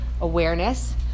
awareness